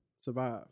survive